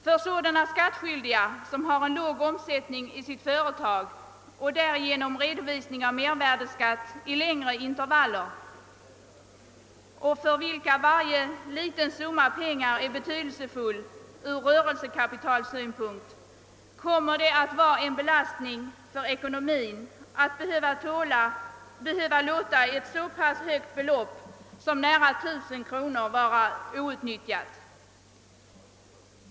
För sådana skattskyldiga, som har en låg omsättning i sina företag och därigenom redovisning av mervärdeskatt i längre intervaller och för vilka varje liten summa pengar är betydelsfull från rörelsekapitalssynpunkt, kommer det att vara en ekonomisk belastning att behöva låta ett så pass högt belopp som nära 1 000 kronor vara outnyttjat.